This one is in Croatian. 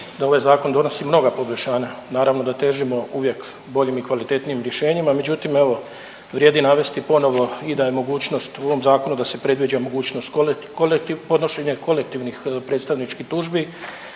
da ovaj zakon donosi mnoga poboljšanja, naravno da težimo uvijek boljim i kvalitetnijim rješenjima, međutim evo vrijedi navesti ponovo i da je mogućnost u ovom zakonu da se predviđa mogućnost podnošenje kolektivnih predstavničkih tužbi,